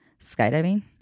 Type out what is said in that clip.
skydiving